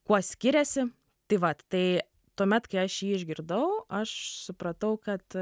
kuo skiriasi tai vat tai tuomet kai aš jį išgirdau aš supratau kad